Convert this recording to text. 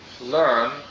learn